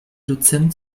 dozent